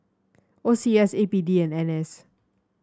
O C S A P D and N S